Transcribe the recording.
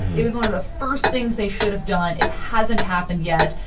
it was one of the first things they should have done. it hasn't happened yet.